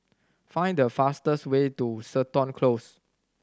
find the fastest way to Seton Close